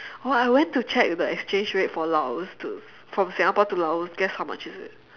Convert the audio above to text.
oh I went to check the exchange rate for Laos to from Singapore to Laos guess how much is it